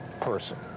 person